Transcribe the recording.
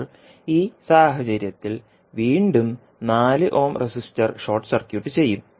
ഇപ്പോൾ ഈ സാഹചര്യത്തിൽ വീണ്ടും 4 ഓം റെസിസ്റ്റർ ഷോർട്ട് സർക്യൂട്ട് ചെയ്യും